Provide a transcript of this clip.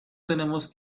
tenemos